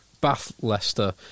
Bath-Leicester